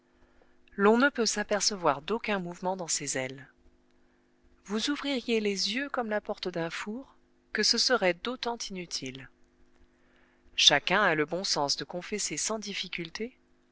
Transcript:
l'on ne peut s'apercevoir d'aucun mouvement dans ses ailes vous ouvririez les yeux comme la porte d'un four que ce serait d'autant inutile chacun a le bon sens de confesser sans difficulté